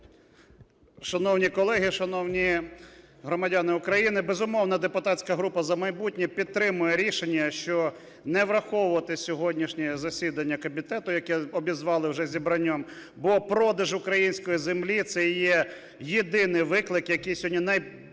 Шановні колеги, шановні громадяни України, безумовно, депутатська група "За майбутнє" підтримує рішення, що не враховувати сьогоднішнє засідання комітету, яке обізвали вже зібранням, бо продаж української землі це є єдиний виклик, який сьогодні найрішуче